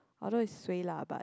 I know is suay lah but